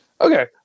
Okay